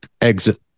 exit